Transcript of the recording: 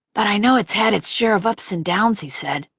but i know it's had its share of ups and downs, he said,